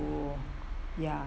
to ya